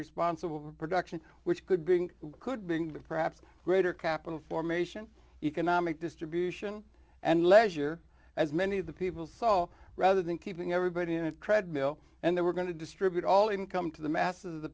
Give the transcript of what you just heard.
responsible for production which could bring could bring back perhaps greater capital formation economic distribution and leisure as many of the people so rather than keeping everybody in a treadmill and they were going to distribute all income to the masses of the